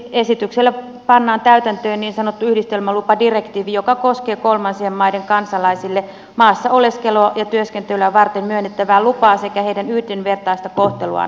esityksellä pannaan täytäntöön niin sanottu yhdistelmälupadirektiivi joka koskee kolmansien maiden kansalaisille maassa oleskelua ja työskentelyä varten myönnettävää lupaa sekä heidän yhdenvertaista kohteluaan